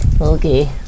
Okay